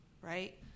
right